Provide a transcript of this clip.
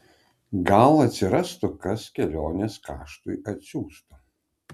gal atsirastų kas kelionės kaštui atsiųstų